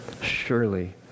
Surely